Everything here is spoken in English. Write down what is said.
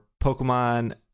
pokemon